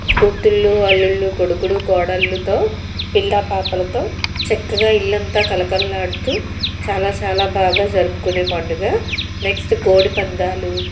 కూతుళ్లు అల్లుళ్ళు కొడుకులు కోడళ్ళతో పిల్లాపాపలతో చక్కగా ఇల్లంతా కళకళలాడుతూ చాలా చాలా బాగా జరుపుకునే పండుగ నెక్స్ట్ కోడిపందాలు